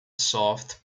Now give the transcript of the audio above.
soft